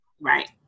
Right